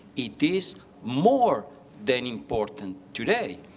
it is more than important today.